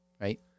right